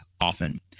often